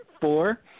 four